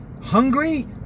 hungry